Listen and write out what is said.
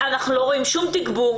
אנחנו לא רואים שום תגבור.